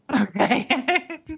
Okay